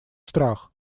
страх